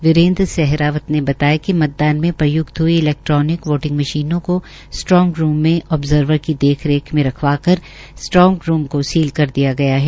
वीरेन्द्र सहरावत ने बताया कि मतदान में प्रय्क्त हई ईलैक्ट्रोनिक वोटिंग मशीनों को स्ट्रॉग रूम में ऑबजर्वर की देखरेख में रखवाकर स्ट्रॉग रूम को सील कर दिया गया है